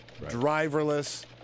driverless